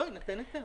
יותר לא יינתן היתר.